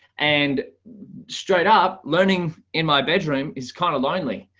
and straight up learning in my bedroom is kind of lonely.